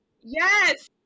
Yes